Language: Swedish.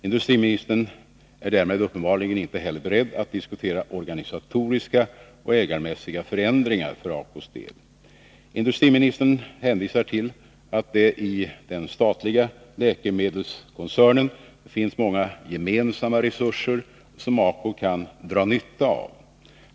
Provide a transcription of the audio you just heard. Industriministern är därmed uppenbarligen inte heller beredd att diskutera organisatoriska och ägarmässiga förändringar för ACO:s del. Industriministern hänvisar till att det i den statliga läkemedelskoncernen finns många gemensamma resurser som ACO kan dra nytta av.